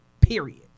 Period